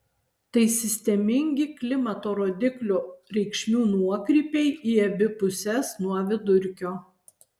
tai sistemingi klimato rodiklio reikšmių nuokrypiai į abi puses nuo vidurkio